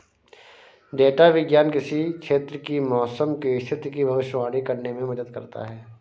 data विज्ञान किसी क्षेत्र की मौसम की स्थिति की भविष्यवाणी करने में मदद करता है